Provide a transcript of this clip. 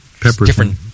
Different